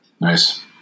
Nice